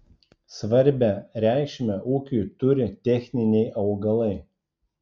svarbią reikšmę ūkiui turi techniniai augalai